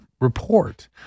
report